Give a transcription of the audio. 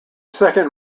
second